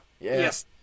Yes